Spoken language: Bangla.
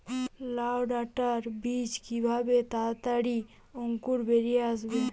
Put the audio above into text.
লাউ ডাটা বীজ কিভাবে তাড়াতাড়ি অঙ্কুর বেরিয়ে আসবে?